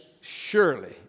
surely